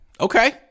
okay